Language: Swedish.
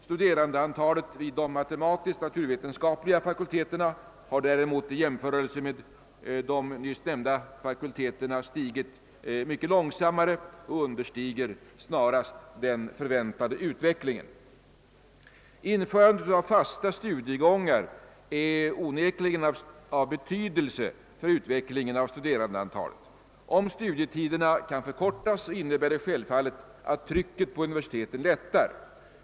Studerandeantalet vid de matematisk-naturvetenskapliga fakulteterna har däremot i jämförelse med de nyss nämnda fakulteterna vuxit mycket långsammare och understiger snarast den förväntade utvecklingen. Införandet av fasta studiegångar har onekligen betydelse för utvecklingen av studerandeantalet. Om = studietiderna kan förkortas, innebär det självfallet att trycket på universiteten lättar.